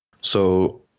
So-